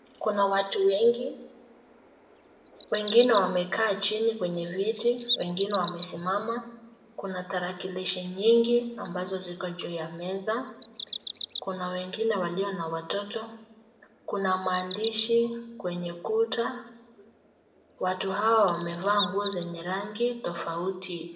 Kuna watu wengi, wengine wamekaa chini kwenye viti, wengine wamesimama, kuna tarakilishi nyingi ambazo ziko juu ya meza, kuna wengine walio na watoto, kuna maandishi kwenye kuta, watu hawa wamevaa nguo zenye rangi tofauti.